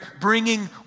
bringing